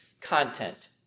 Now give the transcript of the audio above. content